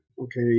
okay